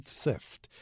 theft